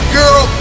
girl